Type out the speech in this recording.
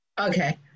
Okay